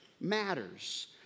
matters